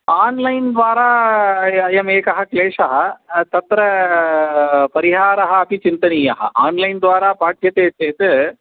आन्लैन्द्वारा अयमेकः क्लेशस्य तत्र परिहारः अपि चिन्तनीयः आन्लैन्द्वारा पाठ्यते चेत्